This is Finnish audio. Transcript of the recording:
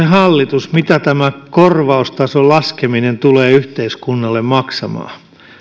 hallitus mitä tämä korvaustason laskeminen tulee yhteiskunnalle maksamaan